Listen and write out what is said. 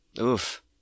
Oof